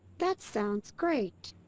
that sounds great!